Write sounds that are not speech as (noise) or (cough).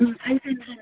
(unintelligible)